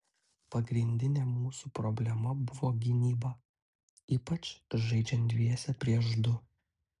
pagrindinė mūsų problema buvo gynyba ypač žaidžiant dviese prieš du